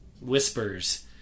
whispers